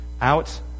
Out